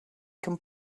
can